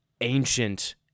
ancient